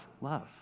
love